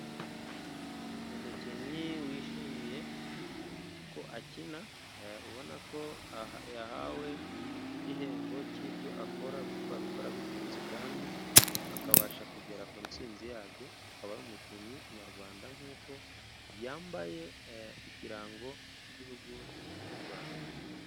Umukinnyi wishimiye ko akina, ubona ko yahawe n'igihembo k'ibyo akora, kuko abikora abikunze, kandi akabasha kugera ku nsinzi yabyo, akaba ari umukinnyi nyarwanda, nk'uko yambaye ikirango k'igihugu cy'u Rwanda.